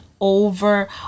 over